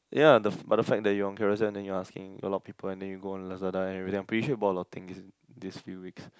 ya the but the fact that you're on Carousell then you're asking a lot of people and then you go on Lazada and really I'm pretty sure you bought a lot of things in these few weeks